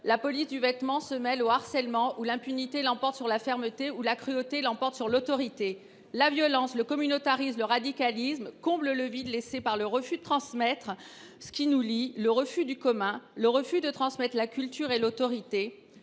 la police du vêtement se mêlent au harcèlement, où l’impunité l’emporte sur la fermeté, où la cruauté l’emporte sur l’autorité. La violence, le communautarisme et le radicalisme comblent le vide laissé par le refus de transmettre ce qui nous unit, le refus du commun, le refus de transmettre la culture et l’autorité.